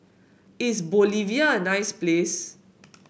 is Bolivia a nice place